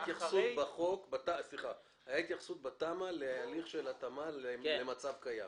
התייחסות בתמ"א להליך התאמה למצב קיים.